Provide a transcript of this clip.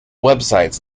websites